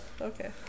okay